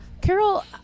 Carol